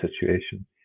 situation